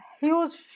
huge